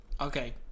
Okay